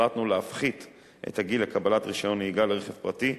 החלטנו להפחית את הגיל לקבלת רשיון נהיגה לרכב פרטי,